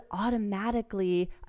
automatically